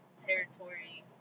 territory